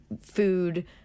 food